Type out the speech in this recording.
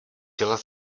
dělat